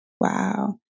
Wow